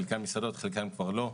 חלקם מסעדות וחלקם כבר לא,